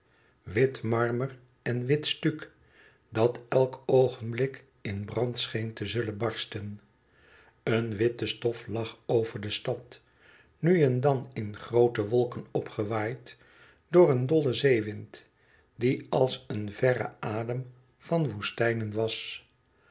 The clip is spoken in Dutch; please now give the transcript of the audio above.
wit marmer en wit stuc dat elk oogenblik in brand scheen te zullen barsten een witte stof lag over de stad nu en dan in groote wolken opgewaaid door een dollen zeewind die als een verre adem van woestijnen was